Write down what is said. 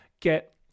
get